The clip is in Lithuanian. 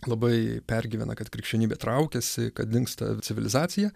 labai pergyvena kad krikščionybė traukiasi kad dingsta civilizacija